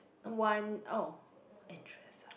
one oh